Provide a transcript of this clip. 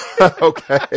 Okay